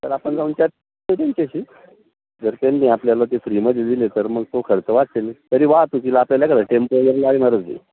तर आपण जाऊन त्यात जर त्यांनी आपल्याला ते फ्रीमध्ये दिले तर मग तो खर्च वाचेल तरी वाहतुकीला आपल्याला टेम्पो वगैरे लागणारच आहे